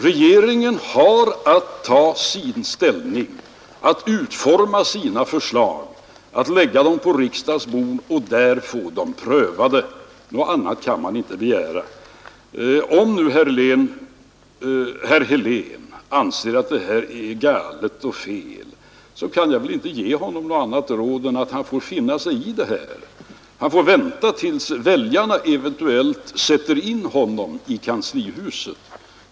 Regeringen har att ta ställning, att utforma sina förslag, att lägga dem på riksdagens bord och få dem prövade. Något annat kan man inte begära. Om nu herr Helén anser att det här är galet och fel, så kan jag inte ge honom något annat råd än att finna sig i det; han får vänta tills väljarna eventuellt sätter in honom i kanslihuset.